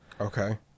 Okay